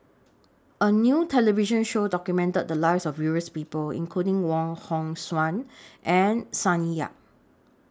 A New television Show documented The Lives of various People including Wong Hong Suen and Sonny Yap